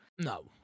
No